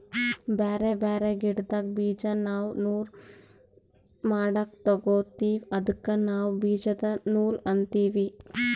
ಬ್ಯಾರೆ ಬ್ಯಾರೆ ಗಿಡ್ದ್ ಬೀಜಾ ನಾವ್ ನೂಲ್ ಮಾಡಕ್ ತೊಗೋತೀವಿ ಅದಕ್ಕ ನಾವ್ ಬೀಜದ ನೂಲ್ ಅಂತೀವಿ